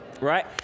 Right